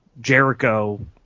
Jericho